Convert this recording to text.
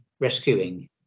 Rescuing